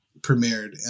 premiered